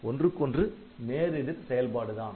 ஒன்றுக்கொன்று நேர் எதிர் செயல்பாடுதான்